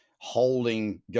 holding